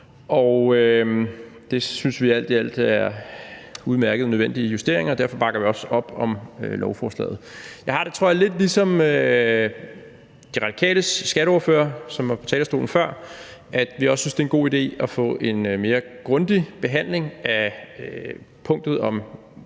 Det synes vi alt i alt er udmærkede og nødvendige justeringer, og derfor bakker vi også op om lovforslaget. Jeg har det, tror jeg, lidt ligesom De Radikales skatteordfører, som var på talerstolen før, at vi også synes, det er en god idé at få en mere grundig behandling af punktet om